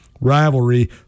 Rivalry